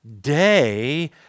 day